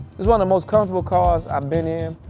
it's one of the most comfortable cars i've been in.